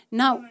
now